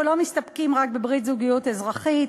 אנחנו לא מסתפקים רק בברית זוגיות אזרחית.